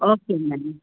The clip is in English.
okay ma'am